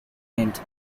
named